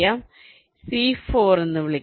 നമുക്ക് അതിനെ C4 എന്ന് വിളിക്കാം